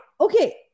okay